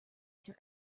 sir